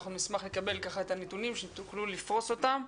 אנחנו נשמח לקבל את הנתונים שתוכלו לפרוס אותם.